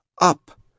Up